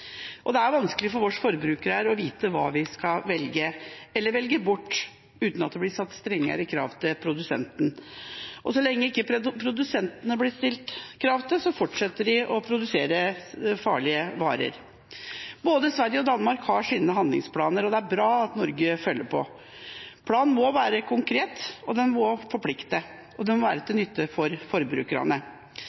oss. Det er vanskelig for oss forbrukere å vite hva vi skal velge eller velge bort, uten at det blir satt strengere krav til produsenten. Så lenge produsentene ikke blir stilt krav til, fortsetter de å produsere farlige varer. Både Sverige og Danmark har sine handlingsplaner, og det er bra at Norge følger på. Planen må være konkret, den må forplikte, og den må være til nytte for forbrukerne.